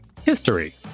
History